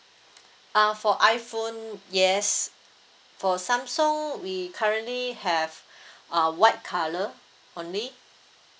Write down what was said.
uh for iphone yes for samsung we currently have uh white colour only